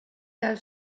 dal